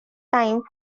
time